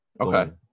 Okay